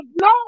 no